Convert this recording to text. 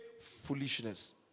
foolishness